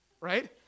Right